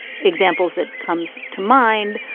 examples that comes to mind.